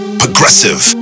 progressive